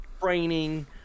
training